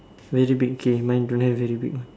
very big okay mine don't have very big one